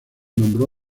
nombró